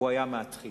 הוא היה מהתחיה,